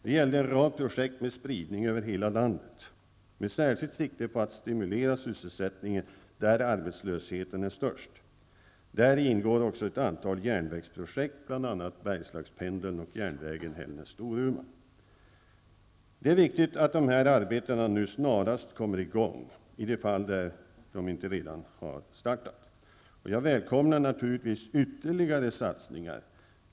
Det gällde en rad projekt med spridning över hela landet med särskilt sikte på att stimulera sysselsättningen där arbetslösheten är störst. Däri ingår också ett antal järnvägsprojekt, bl.a. Bergslagspendeln och järnvägen Hällnäs--Storuman. Det är viktigt att dessa arbeten snarast kommer i gång, i de fall där de inte redan har startat. Jag välkomnar naturligtvis ytterligare satsningar.